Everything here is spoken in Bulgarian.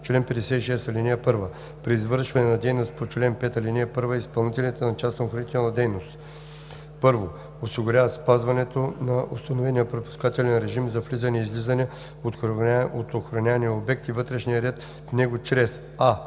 „Чл. 56. (1) При извършване на дейност по чл. 5, ал. 1 изпълнителите на частна охранителна дейност: 1. осигуряват спазването на установения пропускателен режим за влизане и излизане от охранявания обект и вътрешния ред в него чрез: